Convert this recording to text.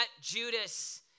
Judas